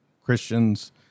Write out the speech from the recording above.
Christians